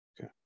Okay